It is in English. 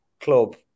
club